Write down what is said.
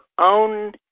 own